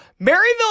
Maryville